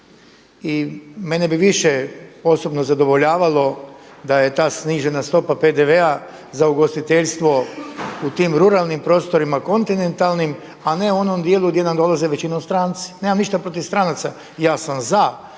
I mene bi više osobno zadovoljavalo da je ta snižena stopa PDV-a za ugostiteljstvo u tim ruralnim prostorima kontinentalnim, a ne onom dijelu gdje nam dolaze većinom stranci. Nemam ništa protiv stranaca, ja sam za